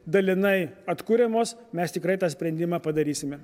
dalinai atkuriamos mes tikrai tą sprendimą padarysime